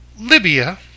Libya